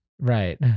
right